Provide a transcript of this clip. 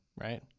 right